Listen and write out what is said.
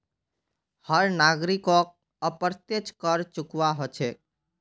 हर नागरिकोक अप्रत्यक्ष कर चुकव्वा हो छेक